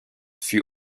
fut